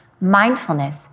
mindfulness